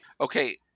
Okay